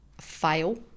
fail